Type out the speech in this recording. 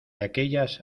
aquellas